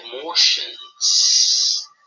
emotions